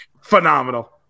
Phenomenal